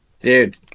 Dude